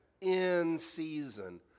in-season